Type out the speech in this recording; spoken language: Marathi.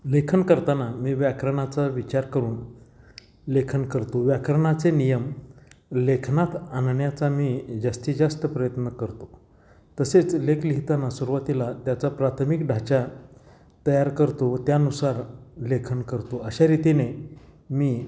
लेखन करताना मी व्याकरणाचा विचार करून लेखन करतो व्याकरणाचे नियम लेखनात आणण्याचा मी जास्तीत जास्त प्रयत्न करतो तसेच लेख लिहिताना सुरवातीला त्याचा प्राथमिक ढाचा तयार करतो व त्यानुसार लेखन करतो अशा रीतीने मी